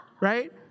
right